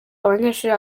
abanyeshuri